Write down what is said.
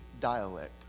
dialect